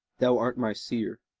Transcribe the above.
thou art my seer,